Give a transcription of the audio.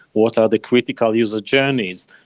what are the critical user journeys?